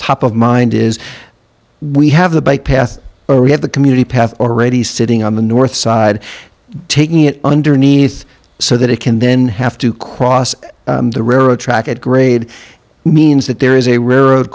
top of mind is we have the bypass or we have the community path already sitting on the north side taking it underneath so that it can then have to cross the railroad track at grade means that there is a r